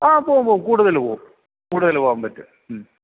ആ പോകും പോകും കൂടുതല് പോകും കൂടുതല് പോകാൻ പറ്റും